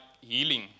healing